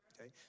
Okay